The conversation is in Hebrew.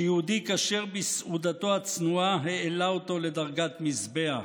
שיהודי כשר בסעודתו הצנועה העלה אותו לדרגת מזבח.